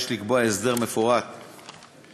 ויש לקבוע הסדר מפורט יותר,